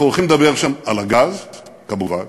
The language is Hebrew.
אנחנו הולכים לדבר שם על הגז, כמובן,